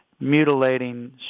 mutilating